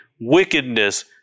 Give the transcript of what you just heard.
wickedness